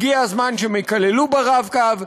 הגיע הזמן שהן ייכללו ב"רב-קו".